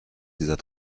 dieser